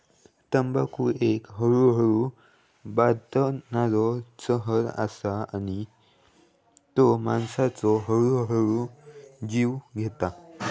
तंबाखू एक हळूहळू बादणारो जहर असा आणि तो माणसाचो हळूहळू जीव घेता